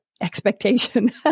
expectation